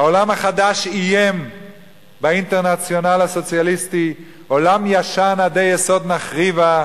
העולם החדש איים באינטרנציונל הסוציאליסטי: עולם ישן עדי יסוד נחריבה.